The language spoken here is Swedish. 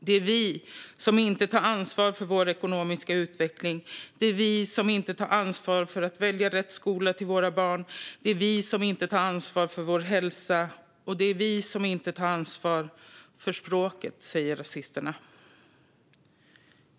Det är vi som inte tar ansvar för vår ekonomiska utveckling, det är vi som inte tar ansvar för att välja rätt skola till våra barn, det är vi som inte tar ansvar för vår hälsa och det är vi som inte tar ansvar för språket, säger rasisterna.